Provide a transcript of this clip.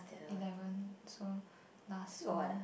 eleven so last one